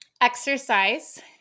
exercise